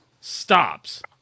stops